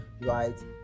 right